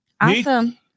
awesome